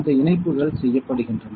அந்த இணைப்புகள் செய்யப்படுகின்றன